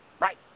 Right